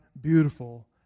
beautiful